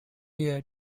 year